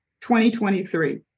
2023